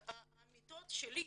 העמיתות שלי,